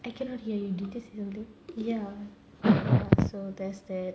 I cannot hear you did you just say something ya so there's that